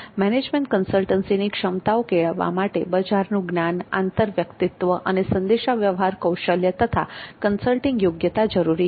management કન્સલ્ટન્સીની ક્ષમતાઓ કેળવવા માટે બજારનું જ્ઞાન આંતર વ્યક્તિત્વ અને સંદેશાવ્યવહાર કૌશલ્ય તથા કન્સલ્ટિંગ યોગ્યતા જરૂરી છે